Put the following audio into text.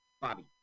Bobby